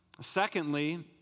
Secondly